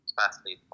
fastly